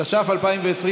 התש"ף 2020,